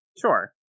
Sure